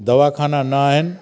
दवाख़ाना न आहिनि